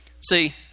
See